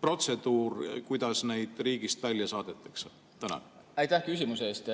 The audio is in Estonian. protseduur, kuidas neid riigist välja saadetakse? Aitäh küsimuse eest!